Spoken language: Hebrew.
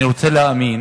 אני רוצה להאמין